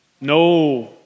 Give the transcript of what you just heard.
no